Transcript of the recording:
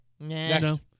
Next